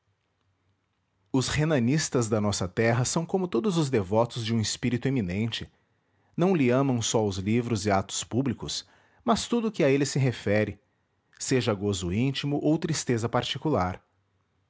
os renanistas da nossa terra são como todos os devotos de um espírito eminente não lhe amam só os livros e atos públicos mas tudo o que a ele se refere seja gozo íntimo ou tristeza particular